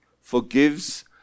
Forgives